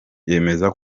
yemeza